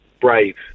brave